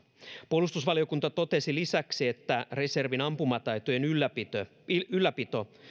puolustusvaliokunta totesi lisäksi että reservin ampumataitojen ylläpito ylläpito